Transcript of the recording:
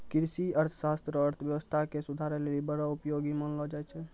कृषि अर्थशास्त्र रो अर्थव्यवस्था के सुधारै लेली बड़ो उपयोगी मानलो जाय छै